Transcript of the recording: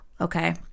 okay